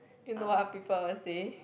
you know what people will say